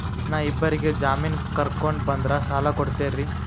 ನಾ ಇಬ್ಬರಿಗೆ ಜಾಮಿನ್ ಕರ್ಕೊಂಡ್ ಬಂದ್ರ ಸಾಲ ಕೊಡ್ತೇರಿ?